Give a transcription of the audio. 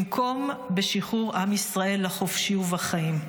במקום בשחרור עם ישראל לחופשי ובחיים.